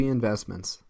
Investments